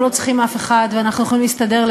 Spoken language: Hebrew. לא צריכים אף אחד ואנחנו יכולים להסתדר לבד,